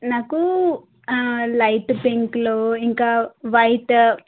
నాకు లైట్ పింక్లో ఇంకా వైట్